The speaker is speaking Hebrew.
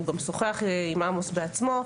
הוא גם שוחח עם עמוס בעצמו.